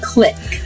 Click